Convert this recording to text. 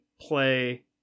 play